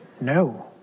No